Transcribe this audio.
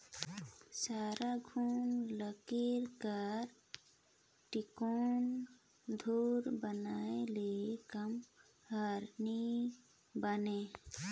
सरहा घुनहा लकरी कर टेकोना धूरी बनाए ले काम हर नी बने